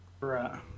Right